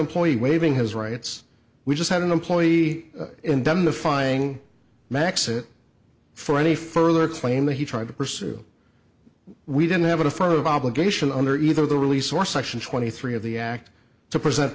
employee waiving his rights we just had an employee indemnifying max it for any further claim that he tried to pursue we didn't have an affirmative obligation under either the release or section twenty three of the act to present